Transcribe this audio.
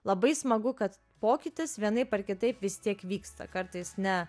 labai smagu kad pokytis vienaip ar kitaip vis tiek vyksta kartais ne